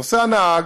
נוסע נהג